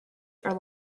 are